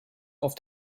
auf